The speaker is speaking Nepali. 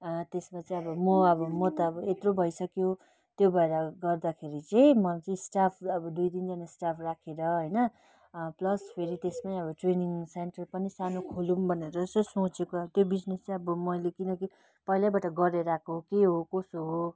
त्यसमा चाहिँ अब म अब म त अब यत्रो भइसक्यो त्यो भएर गर्दाखेरि चाहिँ म चाहिँ स्टाफ अब दुई तिनजना स्टाफ राखेर होइन प्लस फेरि त्यसमै अब ट्रेनिङ सेन्टर पनि सानो खोलौँ भनेर यसो सोचेको अब त्यो बिजनेस चाहिँ अब मैले किनकि पहिलैबाट गरेर आएको के हो कसो हो